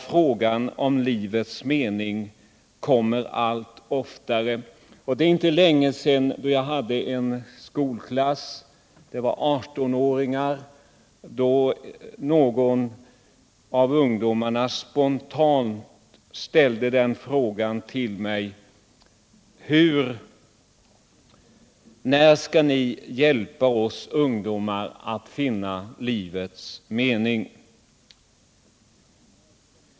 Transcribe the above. Frågan om livets mening kommer allt oftare. Det är inte länge sedan jag hade ett samtal med en skolklass här i huset, bestående av 18-åringar, då någon av ungdomarna spontant ställde denna fråga till mig: När skall ni hjälpa oss ungdomar att finna livets mening?